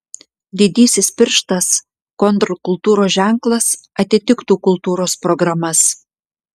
didysis pirštas kontrkultūros ženklas atitiktų kultūros programas